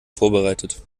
vorbereitet